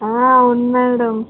అవును మేడం